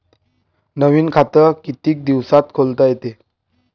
नवीन खात कितीक दिसात खोलता येते?